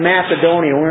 Macedonia